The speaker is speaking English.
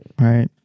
Right